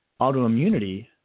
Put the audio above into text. autoimmunity